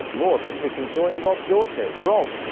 more on this, we can join rob dorsett. rob,